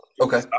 Okay